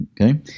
Okay